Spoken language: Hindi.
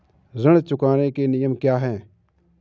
ऋण चुकाने के नियम क्या हैं?